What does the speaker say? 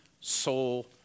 soul